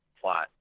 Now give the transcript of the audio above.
plot